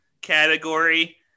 category